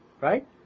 right